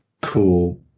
cool